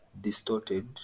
distorted